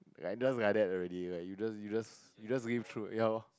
like just like that already you just you just you just live through ya lor